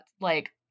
like-